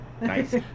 nice